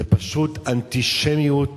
זה פשוט אנטישמיות.